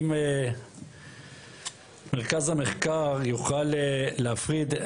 אם מרכז המחקר יוכל להפריד,